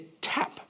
tap